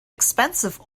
expensive